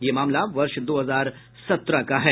ये मामला वर्ष दो हजार सत्रह का है